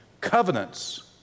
covenants